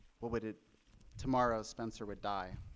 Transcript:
what would it tomorrow spencer would die.